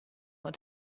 what